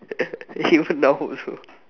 even now also